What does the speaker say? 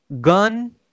Gun